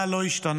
מה לא השתנה?